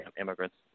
immigrants